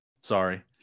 Sorry